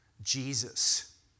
Jesus